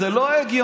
זה לא הגיוני